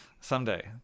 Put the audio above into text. Someday